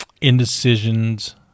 indecisions